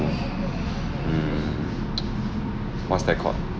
mm what's that called